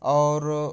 और